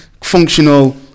functional